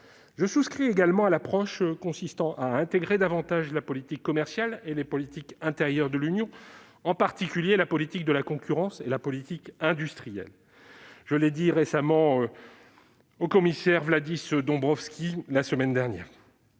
Je souscris également à l'approche consistant à intégrer davantage la politique commerciale et les politiques intérieures de l'Union, en particulier la politique de la concurrence et la politique industrielle. Je l'ai encore dit la semaine dernière